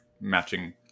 matching